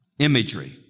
Imagery